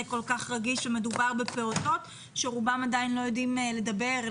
כל כך רגיש ומדובר בפעוטות שרובם עדיין לא יודעים לדבר,